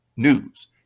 news